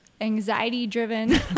anxiety-driven